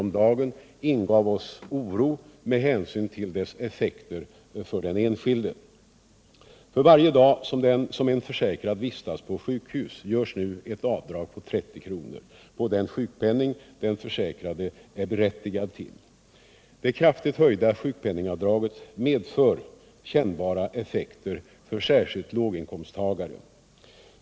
om dagen ingav oss oro med hänsyn till dess effekter för den enskilde. För varje dag som en försäkrad vistas på sjukhus görs nu ett avdrag på 30 kr. av den sjukpenning den försäkrade är berättigad till. Det kraftigt höjda sjukpenningavdraget medför kännbara effekter för särskilt låginkomsttagare.